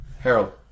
Harold